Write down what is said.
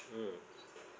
mm